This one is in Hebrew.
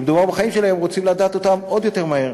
שמדובר בחיים שלהם, רוצים לדעת אותן עוד יותר מהר.